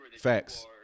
Facts